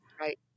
Right